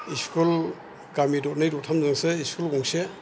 school गामि दरनै दरथामजोंसो स्कुल गंसे